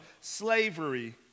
slavery